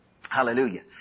Hallelujah